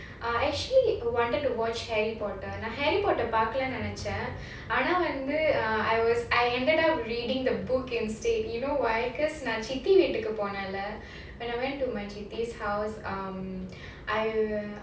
I actually wanted to watch harry potter now harry potter நான்:naan harry potter பார்க்கலைனு நெனச்சேன்:paarkalainu nenaichchaen ah I was I ended up reading the book instead you know why because நான் என்னுடைய சித்தி வீட்டிற்கு போயிருந்தேன்ல:naa ennoda chitti veettirkku poyiraenthaanla when I went to my house I